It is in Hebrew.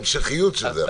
ההמשכיות של זה.